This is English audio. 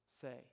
say